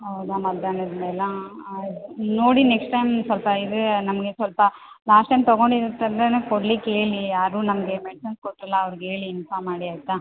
ಹೌದಾ ಮಧ್ಯಾಹ್ನದ ಮೇಲಾ ನೋಡಿ ನೆಕ್ಸ್ಟ್ ಟೈಮ್ ಸ್ವಲ್ಪ ಇದು ನಮಗೆ ಸ್ವಲ್ಪ ಲಾಸ್ಟ್ ಟೈಮ್ ತೊಗೊಂಡಿದ್ದು ಥರಾನೇ ಕೊಡ್ಲಿಕ್ಕೆ ಹೇಳಿ ಯಾರು ನಮಗೆ ಮೆಡಿಸನ್ ಕೊಟ್ಟರಲ್ಲಾ ಅವ್ರ್ಗೆ ಹೇಳಿ ಇಂಫಾರ್ಮ್ ಮಾಡಿ ಆಯ್ತಾ